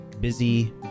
busy